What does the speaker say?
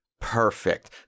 perfect